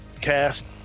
cast